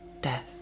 death